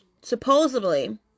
Supposedly